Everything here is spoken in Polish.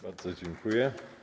Bardzo dziękuję.